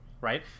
right